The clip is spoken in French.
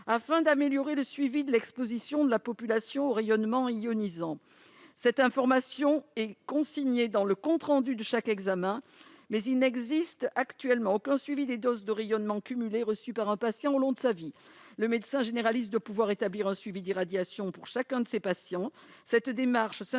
afin d'améliorer le suivi de l'exposition de la population aux rayonnements ionisants. Cette information est consignée dans le compte rendu de chaque examen, mais il n'existe actuellement aucun suivi des doses de rayonnements reçues par un patient au long de sa vie. Le médecin généraliste doit pouvoir établir un suivi d'irradiation pour chacun de ses patients.